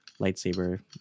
lightsaber